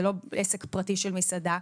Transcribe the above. זה לא עסק פרטי של מסעדה.